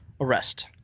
arrest